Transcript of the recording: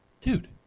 Dude